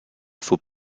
faut